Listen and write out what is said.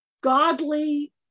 godly